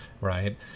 right